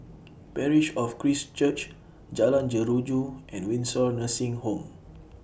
Parish of Christ Church Jalan Jeruju and Windsor Nursing Home